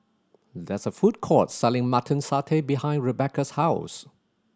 there is a food court selling Mutton Satay behind Rebecca's house